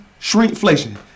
Shrinkflation